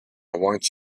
want